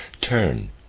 turn